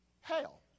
hell